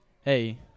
hey